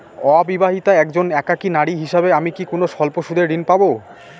অবিবাহিতা একজন একাকী নারী হিসেবে আমি কি কোনো স্বল্প সুদের ঋণ পাব?